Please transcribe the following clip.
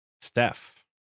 Steph